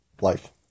life